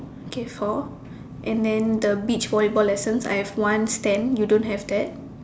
okay four and then the beach volleyball lessons I have one stand you don't have that